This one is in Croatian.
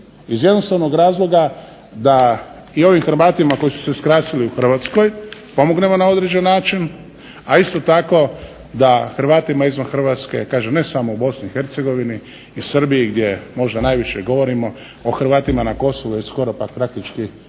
iz jednostavnog razloga da i ovim Hrvatima koji su se skrasili u Hrvatskoj pomognemo na određen način, a isto tako da Hrvatima izvan Hrvatske, kažem ne samo u Bosni i Hercegovini i Srbiji gdje možda najviše govorimo o Hrvatima na Kosovu je praktički